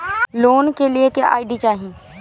Loan के लिए क्या आई.डी चाही?